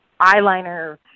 eyeliner